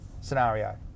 scenario